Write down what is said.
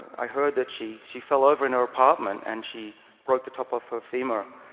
i heard that she she fell over in her apartment, and she broke the top of her femur.